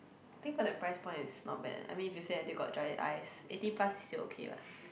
think for that price point it's not bad lah I mean if you say until got dry ice eighty plus is still okay what